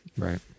Right